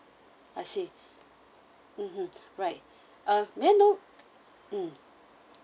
I see mmhmm right uh may I know um